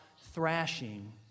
thrashing